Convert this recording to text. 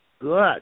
Good